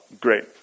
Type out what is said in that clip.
Great